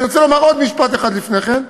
אני רוצה לומר עוד משפט אחד לפני כן.